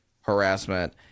harassment